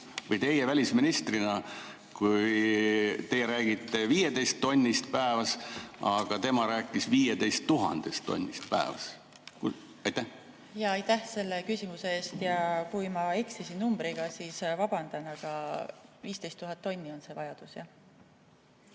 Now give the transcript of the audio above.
või teie välisministrina, kui te räägite 15 tonnist päevas, aga tema rääkis 15 000 tonnist päevas? Aitäh selle küsimuse eest! Kui ma eksisin numbriga, siis vabandan, aga 15 000 tonni on see vajadus,